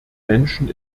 menschen